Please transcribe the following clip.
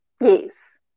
yes